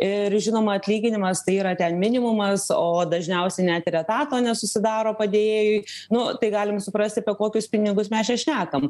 ir žinoma atlyginimas tai yra ten minimumas o dažniausiai net ir etato nesusidaro padėjėjui nu tai galim suprasti apie kokius pinigus mes čia šnekam